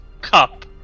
cup